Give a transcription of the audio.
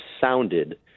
sounded